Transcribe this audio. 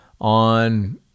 on